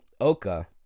Oka